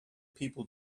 people